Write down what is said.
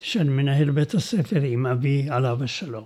של מנהל בית הספר עם אבי עליו השלום.